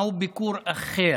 מהו ביקור אחר?